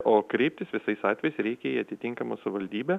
o kreiptis visais atvejais reikia į atitinkamą savivaldybę